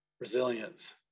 resilience